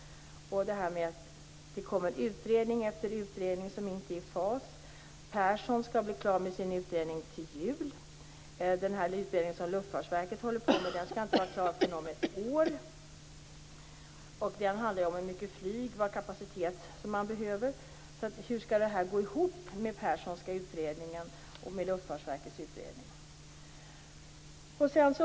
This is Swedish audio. Det kommer utredning efter utredning som inte är i fas. Persson skall bli klar med sin utredning till jul. Den utredning som Luftfartsverket håller på med skall inte vara klar förrän om ett år, och den handlar ju om hur mycket flygkapacitet man behöver. Hur skall den Perssonska utredningen och Luftfartsverkets utredning gå ihop?